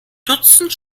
dutzend